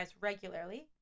regularly